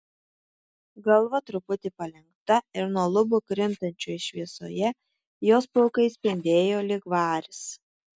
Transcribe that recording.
galva truputį palenkta ir nuo lubų krintančioj šviesoje jos plaukai spindėjo lyg varis